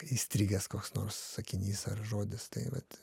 įstrigęs koks nors sakinys ar žodis tai vat